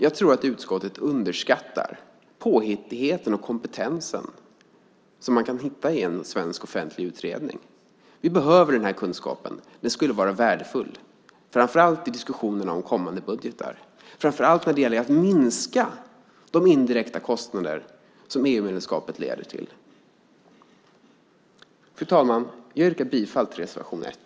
Jag tror att utskottet underskattar den påhittighet och kompetens man kan hitta i en svensk offentlig utredning. Vi behöver den här kunskapen. Den skulle vara värdefull, framför allt i diskussionerna om kommande budgetar, framför allt när det gäller att minska de indirekta kostnader som EU-medlemskapet leder till. Fru talman! Jag yrkar bifall till reservation 1.